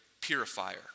purifier